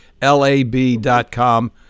lab.com